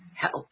help